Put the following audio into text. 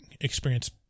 experience